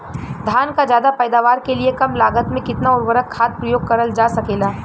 धान क ज्यादा पैदावार के लिए कम लागत में कितना उर्वरक खाद प्रयोग करल जा सकेला?